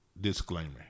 disclaimer